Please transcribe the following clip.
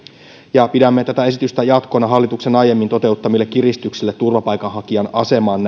pidämme tätä esitystä jatkona hallituksen aiemmin toteuttamille kiristyksille turvapaikanhakijan asemaan